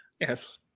yes